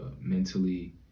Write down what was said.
mentally